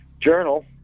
Journal